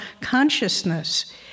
consciousness